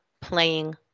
playing